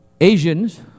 Asians